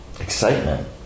excitement